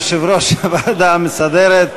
יושב-ראש הוועדה המסדרת.